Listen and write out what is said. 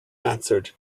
answered